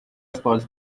spoils